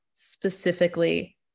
specifically